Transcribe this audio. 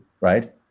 right